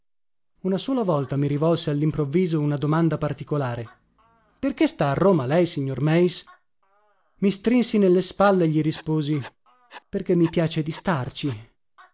una sola volta mi rivolse allimprovviso una domanda particolare perché sta a roma lei signor eis i strinsi ne le spalle e gli risposi perché mi piace di starci